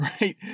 right